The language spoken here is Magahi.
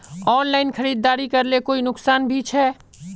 ऑनलाइन खरीदारी करले कोई नुकसान भी छे?